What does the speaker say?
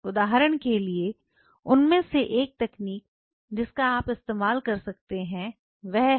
उदाहरण के लिए उनमें से एक तकनीक जिसका आप इस्तेमाल कर सकते हैं वह है